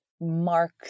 mark